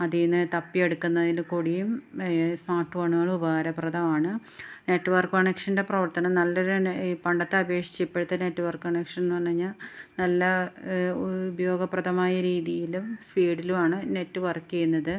അതീന്ന് തപ്പിയെടുക്കുന്നതിൽ കൂടിയും സ്മാർട്ട് ഫോണുകളുപകാരപ്രദമാണ് നെറ്റ്വർക്ക് കണക്ഷൻ്റെ പ്രവർത്തനം നല്ലൊരെന്നെ ഈ പണ്ടത്തെ അപേക്ഷിച്ചിപ്പോഴത്തെ നെറ്റ്വർക്ക് കണക്ഷൻന്ന് പറഞ്ഞ് കഴിഞ്ഞാൽ നല്ല ഉപയോഗപ്രദമായ രീതീലും സ്പീഡിലുവാണ് നെറ്റ് വർക്ക് ചെയ്യുന്നത്